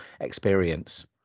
experience